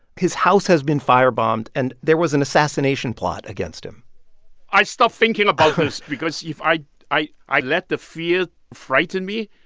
his house has been firebombed, and there was an assassination plot against him i stopped thinking about this because if i i let the fear frighten me,